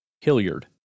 Hilliard